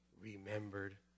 remembered